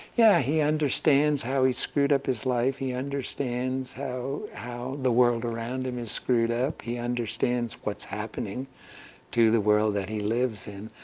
yeah, he understands how he screwed up his life, he understands how how the world around him is screwed up, he understands what's happening to the world that he lives in,